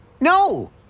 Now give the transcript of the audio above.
No